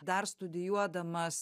dar studijuodamas